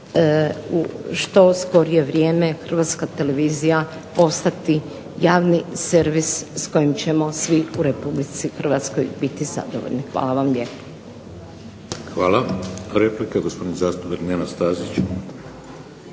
što skorije vrijeme Hrvatska televizija postati javni servis s kojim ćemo svi u Republici Hrvatskoj biti zadovoljni. Hvala vam lijepo. **Šeks, Vladimir (HDZ)** Hvala. Replika gospodin zastupnik Nenad Stazić.